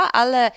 ale